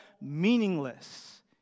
meaningless